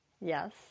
Yes